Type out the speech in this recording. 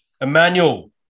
Emmanuel